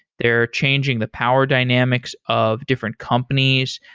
they're changing the power dynamics of different companies.